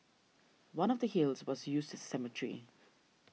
one of the hills was used as a cemetery